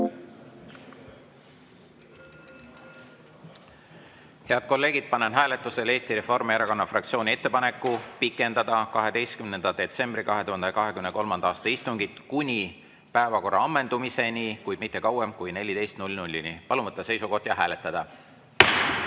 kolleegid, panen hääletusele Eesti Reformierakonna fraktsiooni ettepaneku pikendada 12. detsembri 2023. aasta istungit kuni päevakorra ammendumiseni, kuid mitte kauem kui 14-ni. Palun võtta seisukoht ja hääletada!